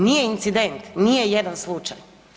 Nije incident, nije jedan slučaj.